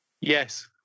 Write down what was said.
yes